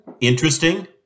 Interesting